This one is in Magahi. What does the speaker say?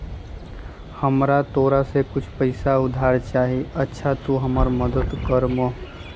हमरा तोरा से कुछ पैसा उधार चहिए, अच्छा तूम हमरा मदद कर मूह?